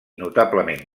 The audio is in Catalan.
notablement